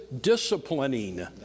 disciplining